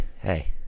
Hey